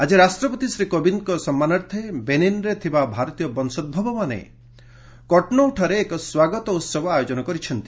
ଆଜି ରାଷ୍ଟ୍ରପତି ଶ୍ରୀ କୋବିନ୍ଦଙ୍କ ସମ୍ମାନାର୍ଥେ ବେନିନ୍ରେ ଥିବା ଭାରତୀୟ ବଂଶୋଭବମାନେ କଟନୋଉଠାରେ ଏକ ସ୍ୱାଗତ ଉତ୍ସବ ଆୟୋଜନ କରିଛନ୍ତି